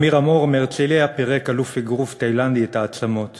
לעמירם אורון מהרצלייה פירק אלוף אגרוף תאילנדי את העצמות